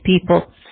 people